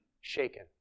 shaken